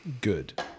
Good